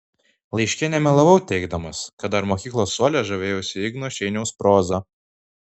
laiške nemelavau teigdamas kad dar mokyklos suole žavėjausi igno šeiniaus proza